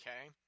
okay